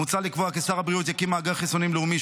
מוצע לקבוע כי שר הבריאות יקים מאגר חיסונים לאומי,